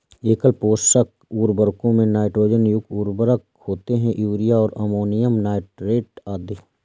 एकल पोषक उर्वरकों में नाइट्रोजन युक्त उर्वरक होते है, यूरिया और अमोनियम नाइट्रेट आदि